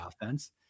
offense